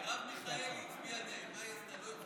מרב מיכאלי הצביעה, מה היא עשתה?